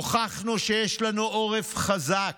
הוכחנו שיש לנו עורף חזק.